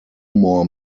more